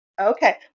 okay